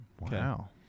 Wow